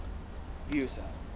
views ah